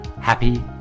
happy